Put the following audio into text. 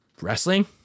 wrestling